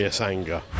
anger